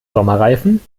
sommerreifen